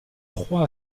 trois